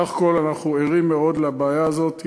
בסך הכול אנחנו ערים מאוד לבעיה הזאת.